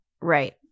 Right